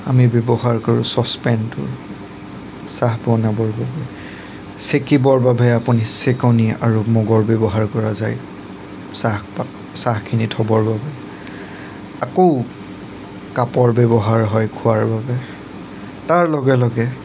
আমি ব্যৱহাৰ কৰোঁ চচপেনটোৰ চাহ বনাবৰ বাবে চেকিবৰ বাবে আপুনি চেকনি আৰু মগৰ ব্যৱহাৰ কৰা যায় চাহপাত চাহখিনি থ'বৰ বাবে আকৌ কাপৰ ব্যৱহাৰ হয় খোৱাৰ বাবে তাৰ লগে লগে